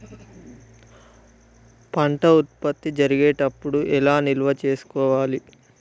పంట ఉత్పత్తి జరిగేటప్పుడు ఎలా నిల్వ చేసుకోవాలి?